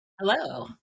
Hello